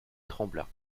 trembla